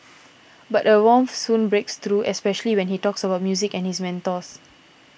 but a warmth soon breaks through especially when he talks about music and his mentors